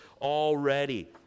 already